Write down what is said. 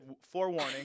forewarning